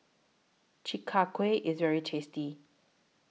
Chi Kak Kuih IS very tasty